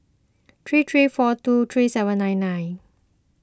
three three four two three seven nine nine